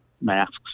masks